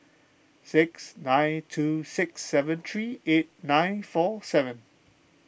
six nine two six seven three eight nine four seven